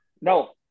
no